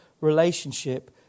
relationship